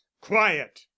quiet